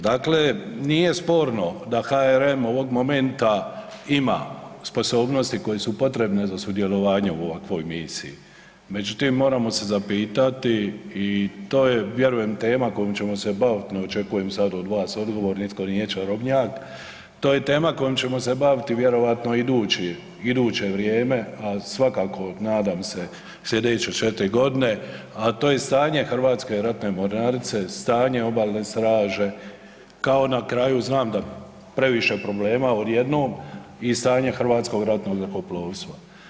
Dakle, nije sporno da HRM ovog momenta ima sposobnosti koje su potrebne za sudjelovanje u ovakvoj misiji, međutim moramo se zapitati i to je vjerujem tema kojom ćemo se bavit', ne očekujem sad od vas odgovor, nitko nije čarobnjak, to je tema kojom ćemo se bavit' vjerojatno idući, iduće vrijeme, a svakako nadam se sljedeće četiri godine, a to je stanje Hrvatske ratne mornarice, stanje Obalne straže kao na kraju, zna da previše problema odjednom, i stanje Hrvatskog ratnog zrakoplovstva.